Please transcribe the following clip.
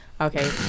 Okay